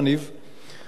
ראש מינהל החשמל,